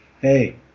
Hey